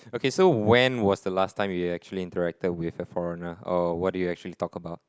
okay so when was the last time you actually interacted with a foreigner oh what do you actually talked about